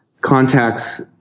contacts